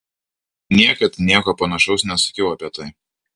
niekad nieko panašaus nesakiau apie tai